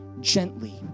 gently